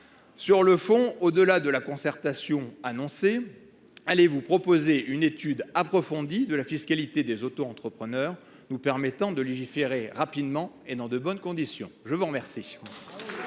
Sur le fond, au delà de la concertation annoncée, allez vous proposer une étude approfondie de la fiscalité des autoentrepreneurs nous permettant de légiférer rapidement et dans de bonnes conditions ? La parole